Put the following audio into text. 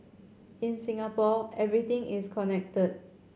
in Singapore everything is connected